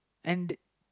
and